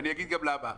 ואני אגיד גם למה.